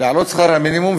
העלאת שכר המינימום,